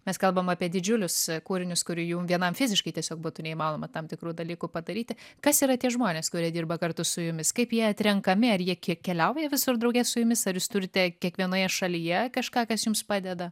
mes kalbam apie didžiulius kūrinius kurių jum vienam fiziškai tiesiog būtų neįmanoma tam tikrų dalykų padaryti kas yra tie žmonės kurie dirba kartu su jumis kaip jie atrenkami ar jie ke keliauja visur drauge su jumis ar jūs turite kiekvienoje šalyje kažką kas jums padeda